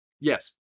Yes